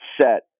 set